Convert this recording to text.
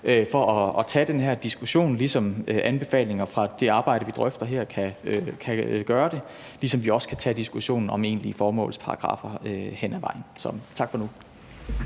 for at tage den her diskussion, ligesom anbefalinger fra det arbejde, vi drøfter her, kan gøre det, ligesom vi også kan tage diskussionen om egentlige formålsparagraffer hen ad vejen. Så tak for nu.